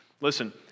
Listen